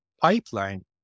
pipeline